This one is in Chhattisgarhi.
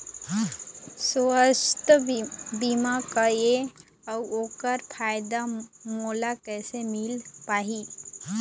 सुवास्थ बीमा का ए अउ ओकर फायदा मोला कैसे मिल पाही?